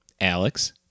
Alex